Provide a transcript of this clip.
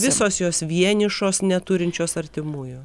visos jos vienišos neturinčios artimųjų